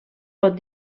pot